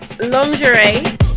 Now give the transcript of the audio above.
lingerie